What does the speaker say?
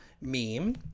meme